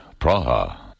Praha. (